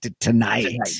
tonight